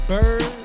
Bird